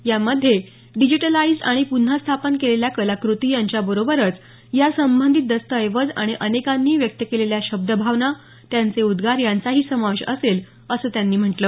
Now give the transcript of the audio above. यामध्ये डिजिटलाइज्ड आणि प्न्हा स्थापन केलेल्या कलाकृती यांच्या बरोबरच यासंबंधित दस्तऐवज आाणि अनेकांनी व्यक्त केलेल्या शब्दभावना त्यांचे उद्गार यांचाही समावेश असेल असं त्यांनी म्हटलं